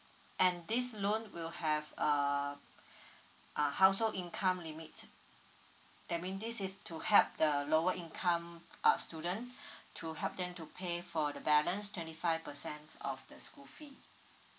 and this loan will have err uh household income limit that mean this is to help the lower income uh students to help them to pay for the balance twenty five percent of the school fee